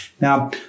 Now